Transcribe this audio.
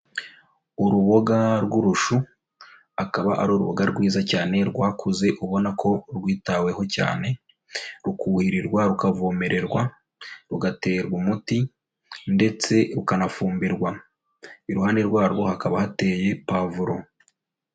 Uruboga rw'urushu, akaba ari uruboga rwiza cyane rwakuze ubona ko rwitaweho cyane, rukuhirirwa rukavomererwa, rugaterarwa umuti ndetse rukanafumbirwa. Iruhande rwarwo hakaba hateye pavuro.